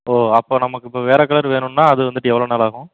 ஓ அப்போ நமக்கு இப்போ வேற கலர் வேணும்னா அது வந்துட்டு எவ்வளோ நாள் ஆகும்